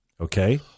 Okay